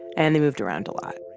and they moved around a lot.